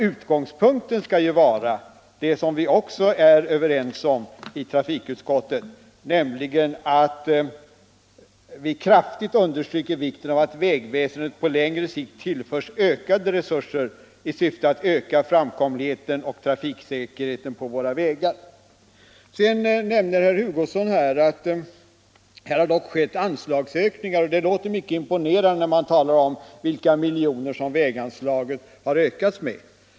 Utgångspunkten skall ju vara — vilket vi också är överens om i trafikutskottet — att man kraftigt understryker vikten av att vägväsendet på längre sikt tillförs ökade resurser i syfte att öka framkomligheten och trafiksäkerheten på våra vägar. Sedan nämnde herr Hugosson att här dock har skett anslagsökningar, och det låter mycket imponerande när det talas om vilka miljoner som väganslaget har ökats med.